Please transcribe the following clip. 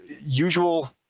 usual